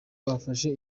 bafashe